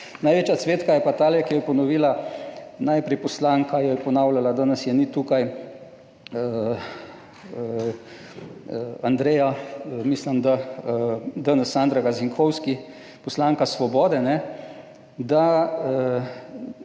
Največja cvetka je pa ta, ki jo je ponovila najprej poslanka je ponavljala, danes je ni tukaj, Andreja, mislim, da danes Sandra Gazinkovski poslanka Svobode, da